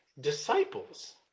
disciples